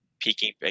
peaking